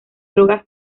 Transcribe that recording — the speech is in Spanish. drogas